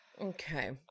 Okay